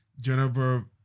Jennifer